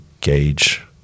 gauge